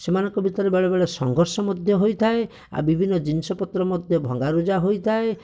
ସେମାନଙ୍କ ଭିତରେ ବେଳେ ବେଳେ ସଂଘର୍ଷ ମଧ୍ୟ ହୋଇଥାଏ ଆଉ ବିଭିନ୍ନ ଜିନିଷ ପତ୍ର ମଧ୍ୟ ଭଙ୍ଗାରୁଜା ହୋଇଥାଏ